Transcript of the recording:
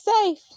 safe